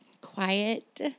quiet